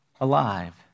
alive